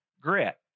grit